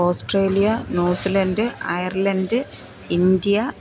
Australia New Zealand Ireland India